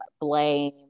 blame